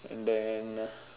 and then